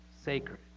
sacred